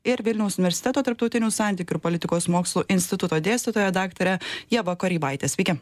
ir vilniaus universiteto tarptautinių santykių ir politikos mokslų instituto dėstytoja daktare ieva koreivaite sveiki